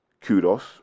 kudos